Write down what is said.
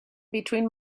between